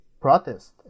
protest